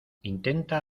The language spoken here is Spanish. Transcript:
intenta